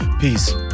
Peace